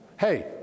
hey